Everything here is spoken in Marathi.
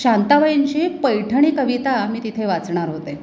शांताबाईंची पैठणी कविता मी तिथे वाचणार होते